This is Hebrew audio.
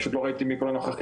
פשוט לא ראיתי מי כל הנוכחים,